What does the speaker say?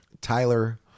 Tyler